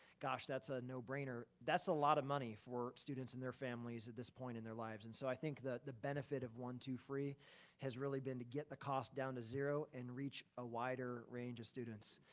gosh, that's a no brainer. that's a lot of money for students and their families at this point in their lives, and so i think that the benefit of one-two-free has really been to get the cost down to zero and reach a wider range of students.